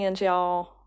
y'all